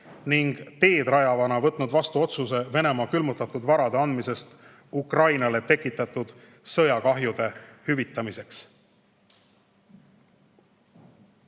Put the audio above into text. ning teedrajavana võtnud vastu otsuse Venemaa külmutatud varade andmise kohta Ukrainale tekitatud sõjakahjude hüvitamiseks.